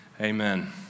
amen